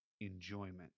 enjoyment